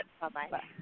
bye-bye